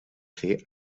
fer